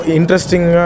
interesting